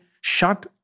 shut